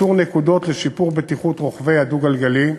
לרבות איתור נקודות לשיפור בטיחות רוכבי הדו-גלגלי,